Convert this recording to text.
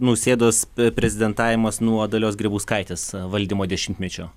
nausėdos prezidentavimas nuo dalios grybauskaitės valdymo dešimtmečio